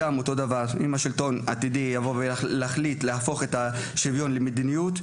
והשלטון יחליט להפוך את השוויון למדיניות,